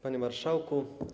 Panie Marszałku!